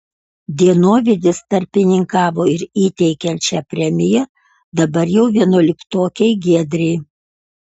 dienovidis tarpininkavo ir įteikiant šią premiją dabar jau vienuoliktokei giedrei